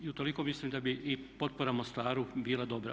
I utoliko mislim da bi i potpora Mostaru bila dobra.